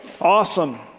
Awesome